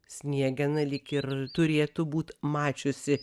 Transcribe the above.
sniegena lyg ir turėtų būt mačiusi